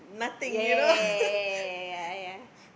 ya ya ya ya ya ya !aiya!